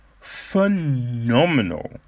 Phenomenal